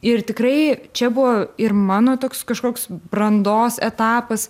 ir tikrai čia buvo ir mano toks kažkoks brandos etapas